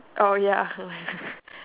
uh ya